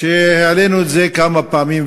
העלינו את זה כמה פעמים,